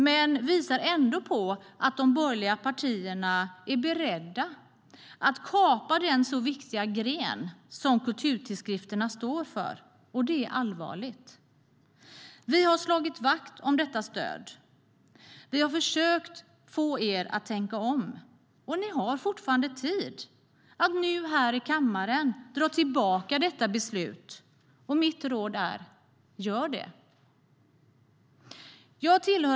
Men det visar ändå på att de borgerliga partierna är beredda att kapa den så viktiga gren som kulturtidskrifterna står för, och det är allvarligt. Vi har slagit vakt om detta stöd. Vi har försökt få er att tänka om, och ni har fortfarande tid på er att nu här i kammaren dra tillbaka detta beslut. Och mitt råd är: Gör det! Herr talman!